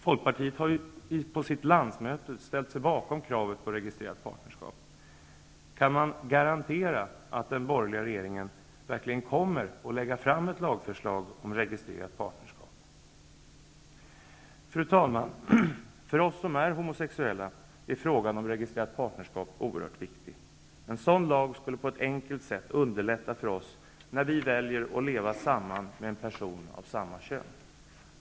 Folkpartiet har ju på sitt landsmöte ställt sig bakom kravet på registrerat partnerskap. Kan man garantera att den borgerliga regeringen verkligen kommer att lägga fram ett lagförslag om registrerat partnerskap? Fru talman! För oss som är homosexuella är frågan om registrerat partnerskap oerhört viktig. En sådan lag skulle på ett enkelt sätt underlätta för oss när vi väljer att leva samman med en person av samma kön.